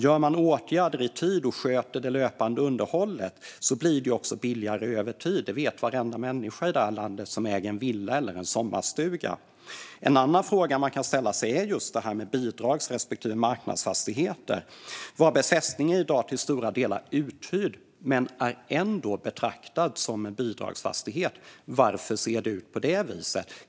Om man vidtar åtgärder i tid och sköter det löpande underhållet blir det också billigare över tid; det vet varenda människa i det här landet som äger en villa eller en sommarstuga. En annan fråga man kan ställa sig är den om bidrags respektive marknadsfastigheter. Varbergs fästning är i dag till stora delar uthyrd men betraktas ändå som en bidragsfastighet. Varför ser det ut på det viset?